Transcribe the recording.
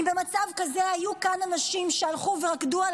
אם במצב כזה היו כאן אנשים שהלכו ורקדו על